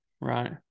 Right